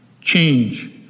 change